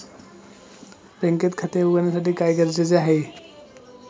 बँकेत खाते उघडण्यासाठी काय गरजेचे आहे?